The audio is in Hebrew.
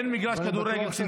אין מגרש כדורגל סינתטי.